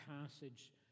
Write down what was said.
passage